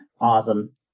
Awesome